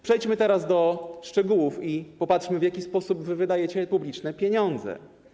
Przejdźmy teraz do szczegółów i popatrzmy, w jaki sposób wydajecie publiczne pieniądze.